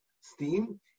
steam